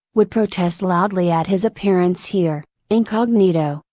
would protest loudly at his appearance here, incognito,